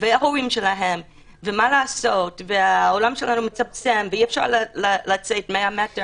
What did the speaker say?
וההורים שלהן ומה לעשות והעולם שלנו מצטמצם ואי אפשר לצאת 100 מטר